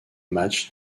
match